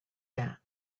that